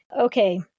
Okay